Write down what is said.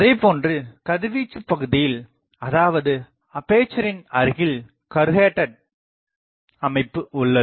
அதேபோன்று கதிர்வீச்சுப் பகுதியில் அதாவது அப்பேசரின் அருகில் கருகேட்டட் அமைப்பு உள்ளது